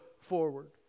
forward